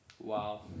Wow